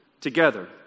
together